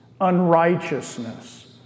unrighteousness